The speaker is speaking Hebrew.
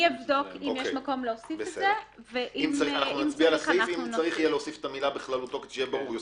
אם צריך יהיה להוסיף - יוסיפו.